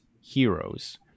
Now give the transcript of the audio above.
heroes